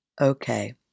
Okay